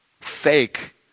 fake